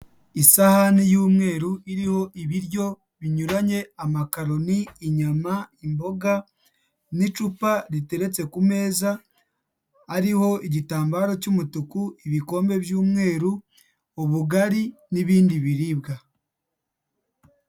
Isahani y'umweru iriho ibiryo binyuranye amakaroni, inyama, imboga n'icupa riteretse ku meza ariho igitambaro cy'umutuku ibikombe by'umweru, ubugari n'ibindi biribwa.